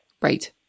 Right